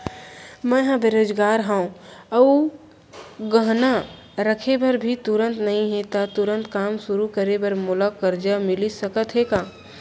मैं ह बेरोजगार हव अऊ गहना रखे बर भी तुरंत नई हे ता तुरंत काम शुरू करे बर मोला करजा मिलिस सकत हे का?